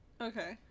Okay